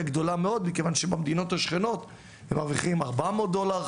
גדולה מאוד מכיוון שמדינות השכנות הם מרוויחים 400 דולר,